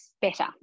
better